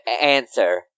answer